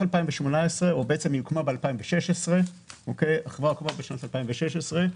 החברה הוקמה בשנת 2016,